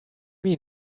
mean